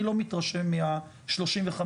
אני לא מתרשם מה-35%.